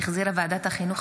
שהחזירה ועדת החינוך,